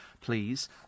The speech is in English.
please